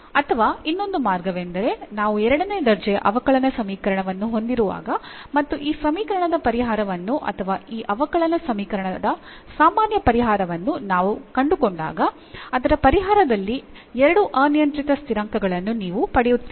ಅಥವಾ ಇನ್ನೊಂದು ಮಾರ್ಗವೆಂದರೆ ನಾವು ಎರಡನೇ ದರ್ಜೆಯ ಅವಕಲನ ಸಮೀಕರಣವನ್ನು ಹೊಂದಿರುವಾಗ ಮತ್ತು ಈ ಸಮೀಕರಣದ ಪರಿಹಾರವನ್ನು ಅಥವಾ ಈ ಅವಕಲನ ಸಮೀಕರಣದ ಸಾಮಾನ್ಯ ಪರಿಹಾರವನ್ನು ನಾವು ಕಂಡುಕೊಂಡಾಗ ಅದರ ಪರಿಹಾರದಲ್ಲಿ ಎರಡು ಅನಿಯಂತ್ರಿತ ಸ್ಥಿರಾಂಕಗಳನ್ನು ನೀವು ಪಡೆಯುತ್ತೀರಿ